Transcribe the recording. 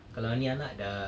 kalau ni anak dah